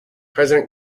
president